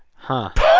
huh